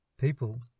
people